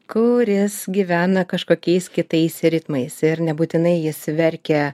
kuris gyvena kažkokiais kitais ritmais ir nebūtinai jis verkia